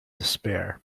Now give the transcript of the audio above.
despair